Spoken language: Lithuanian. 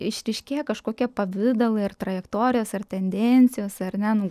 išryškėja kažkokie pavidalai ar trajektorijos ar tendencijos ar ne nu